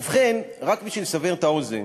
ובכן, רק בשביל לסבר את האוזן,